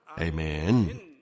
Amen